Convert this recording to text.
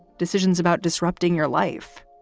decisions about disrupting your life.